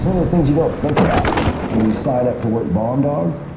those things you don't think about when you sign up to work bomb dogs,